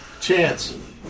Chance